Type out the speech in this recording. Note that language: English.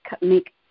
make